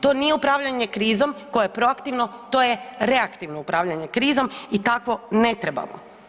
To nije upravljanje krizom koja je proaktivno, to je reaktivno upravljanje krizom i takvo ne trebamo.